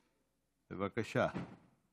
בבקשה.